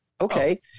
Okay